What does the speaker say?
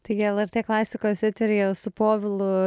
taigi lrt klasikos eteryje su povilu